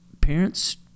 parents